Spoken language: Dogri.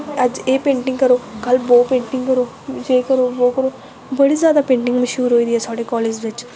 अज्ज एह् पेंटिंग करो कल वो पेंटिंग करो जे करो वो करो बड़ी जादा मश्हूर होई दी ऐ पेंटिंग साढ़े कालेज बिच्च